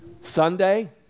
Sunday